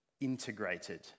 integrated